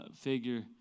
figure